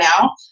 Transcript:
now